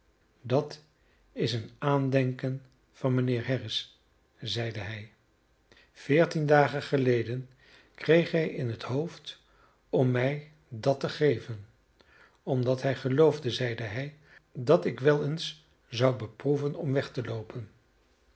dat is een aandenken van mijnheer harris zeide hij veertien dagen geleden kreeg hij in het hoofd om mij dat te geven omdat hij geloofde zeide hij dat ik wel eens zou beproeven om weg te loopen